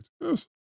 Yes